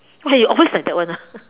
okay you always like that [one] ah